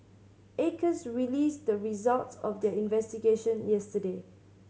acres released the results of their investigation yesterday